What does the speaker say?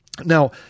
Now